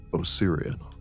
Osirian